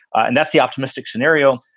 and that's the optimistic scenario.